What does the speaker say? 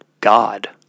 god